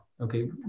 Okay